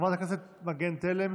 חברת הכנסת מגן תלם,